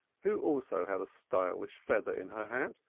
who also had a stylish feather in her hat,